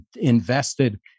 invested